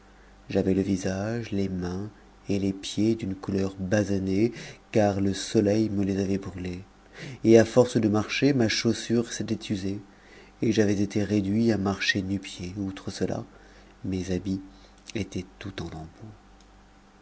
j'avais le visage les mains et les pieds d'une couleur basanée car le soleil me les avait brûlés et à force de marcher ma chaussure s'était usée et j'avais été réduit à marcher nupieds outre cela mes habits étaient tout en